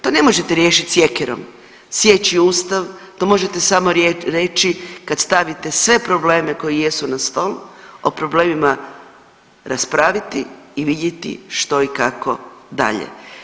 To ne možete riješiti sjekirom, sjeći Ustav, to možete samo reći kad stavite sve probleme koji jesu na stol, o problemima raspraviti i vidjeti što i kako dalje.